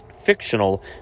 Fictional